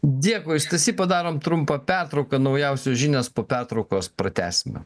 dėkui stasy padarom trumpą pertrauką naujausios žinios po pertraukos pratęsime